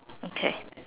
okay